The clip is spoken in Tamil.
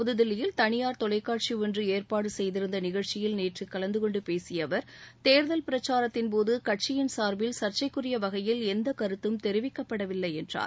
புதுதில்லியில் தனியார் தொலைக்காட்சி ஒன்று ஏற்பாடு செய்திருந்த நிகழ்ச்சியில் நேற்று கலந்து கொண்டு பேசிய அவர் தேர்தல் பிரசாரத்தின் போது கட்சியின் சார்பில் சர்சைக்குரிய வகையில் எந்த கருத்தும் தெரிவிக்கப்படவில்லை என்றார்